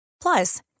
Plus